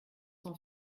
son